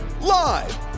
Live